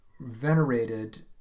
venerated